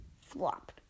flop